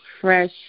fresh